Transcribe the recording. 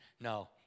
No